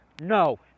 No